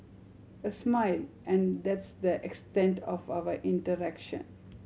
a smile and that's the extent of our interaction